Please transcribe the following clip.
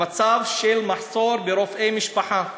המצב של מחסור ברופאי משפחה,